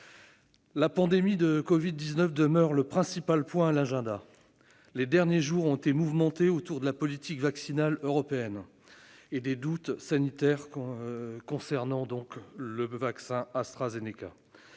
La pandémie de covid-19 demeure le principal point à l'agenda. Les derniers jours ont été mouvementés autour de la politique vaccinale européenne et des doutes sanitaires concernant le vaccin AstraZeneca.